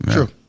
True